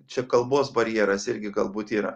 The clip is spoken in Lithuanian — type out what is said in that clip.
čia kalbos barjeras irgi galbūt yra